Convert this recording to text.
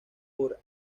por